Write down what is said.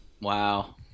wow